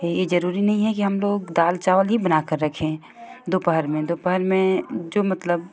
ई जरूरी नहीं कि हम लोग दाल चावल ही बना कर रखें दोपहर में दोपहर में जो मतलब